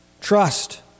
Trust